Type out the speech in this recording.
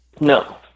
No